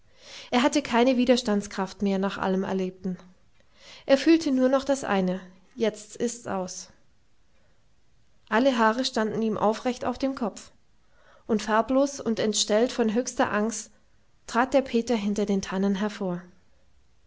er hatte keine widerstandskraft mehr nach allem erlebten er fühlte nur noch das eine jetzt ist's aus alle haare standen ihm aufrecht auf dem kopf und farblos und entstellt von höchster angst trat der peter hinter den tannen hervor